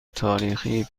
تاریخی